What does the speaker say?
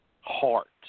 heart